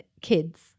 kids